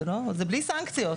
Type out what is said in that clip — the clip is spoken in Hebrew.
זה בלי סנקציות.